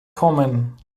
kommen